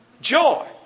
Joy